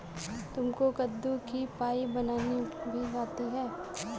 तुमको कद्दू की पाई बनानी भी आती है?